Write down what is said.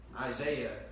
Isaiah